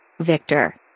Victor